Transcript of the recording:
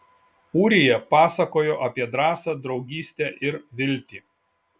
ūrija pasakojo apie drąsą draugystę ir viltį